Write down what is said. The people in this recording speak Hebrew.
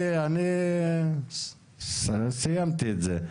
אני סיימתי את זה.